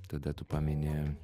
tada tu pamini